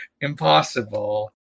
impossible